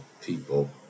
people